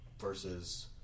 versus